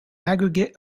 aggregate